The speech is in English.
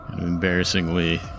embarrassingly